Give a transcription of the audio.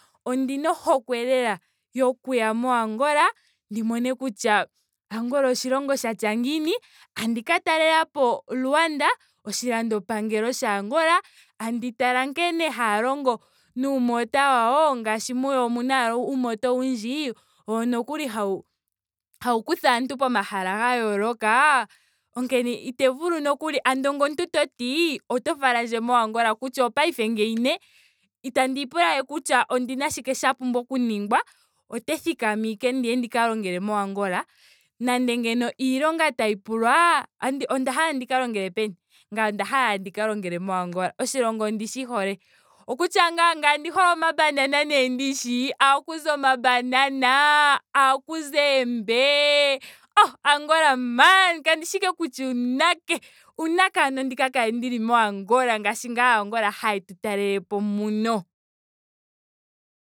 Ondina ohokwe lela yokuya mo angola ndi mone kutya angola oshilongo shatya ngiini. tabdi ka talelapo luanda. oshilandopangelo sha angola. tandi tala nkene haya longo nuumota wawo. ngaashi muyo omuna ashike uumota owundji owo nokuli hawu kutha kutha aantu pomahala ga yooloka. Onkene ite vulu nokuli andola ngele omuntu toti oot falandje mo angola kutya opaife ngeyi ne itandiipula we kutya ondina shike sha pumbwa oku ningwa. ote thikana ashike ndiye ndika longele ko angola. Nando ngeno iilonga tayi pulwa onda hala ndika longele peni. ngame onda hala ashike ndi ka longele mo angola. Oshilongo ondishi hole. Okutya nee ngame ondi hole omabanana nee ndishi. ohakuzi omabanana. ohaku zi oombe. Oh angola maan kandishi ashike nando kutya uunake. uunake ando ndi ka kale ndili mo angola ngaashi ashike aa angola hayeya yetu talelepo muno